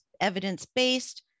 evidence-based